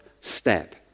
step